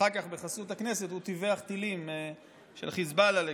ואחר כך בחסות הכנסת הוא טיווח טילים של חיזבאללה לכאן.